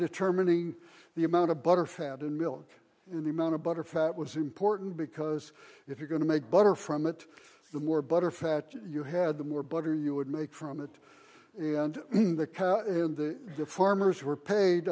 determining the amount of butter fat and milk in the amount of butter fat was important because if you're going to make butter from it the more butterfat you had the more butter you would make from it and even the cat in the farmers were paid